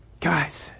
Guys